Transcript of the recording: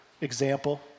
example